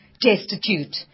destitute